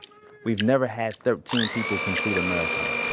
we've never had thirteen people complete a marathon.